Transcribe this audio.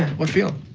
what field?